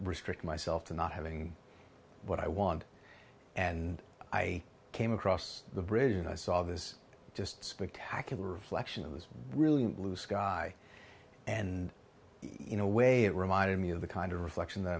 restrict myself to not having what i want and i came across the bridge and i saw this just spectacular reflection it was really blue sky and you know way it reminded me of the kind of reflection that